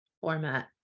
format